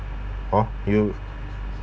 hor you